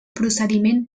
procediment